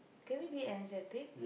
can we be energetic